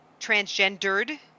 transgendered